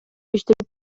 иштеп